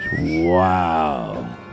Wow